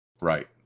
Right